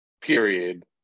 period